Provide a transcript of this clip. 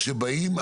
כשבאים,